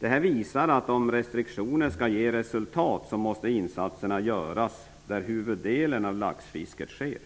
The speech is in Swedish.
Det här visar att om restriktioner skall ge resultat, måste insatserna göras där huvuddelen av laxfisket sker.